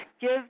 Give